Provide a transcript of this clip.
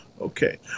Okay